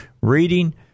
reading